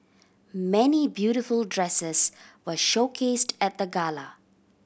many beautiful dresses were showcased at the gala